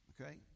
Okay